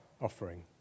offering